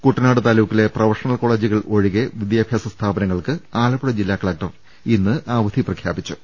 കുട്ടനാട് താലൂക്കിലെ പ്രൊഫഷണൽ കോളേജുകൾ ഒഴികെ വിദ്യാഭ്യാസ സ്ഥാപനങ്ങൾക്ക് ആലപ്പുഴ ജില്ലാ കലക്ടർ ഇന്ന് അവധി പ്രഖ്യാപിച്ചു